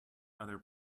other